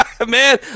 Man